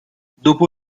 dopo